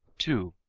two.